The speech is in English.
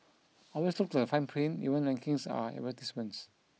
always look at the fine print even rankings are advertisements